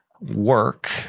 work